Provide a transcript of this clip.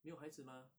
没有孩子吗